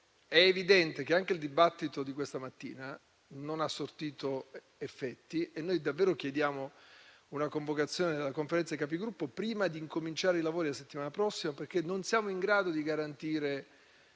è evidente che anche il dibattito di questa mattina non ha sortito effetti e noi davvero chiediamo una convocazione della Conferenza dei Capigruppo prima di incominciare i lavori la settimana prossima. Non siamo in grado di garantire,